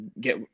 get